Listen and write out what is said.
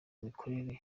imikorere